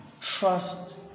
Trust